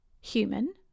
human